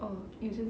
oh you just